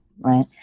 right